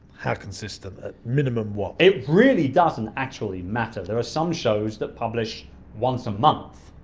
how consistent? at minimum, what? it really doesn't actually matter. there are some shows that publish once a month.